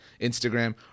Instagram